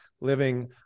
living